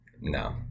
No